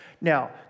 Now